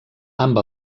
amb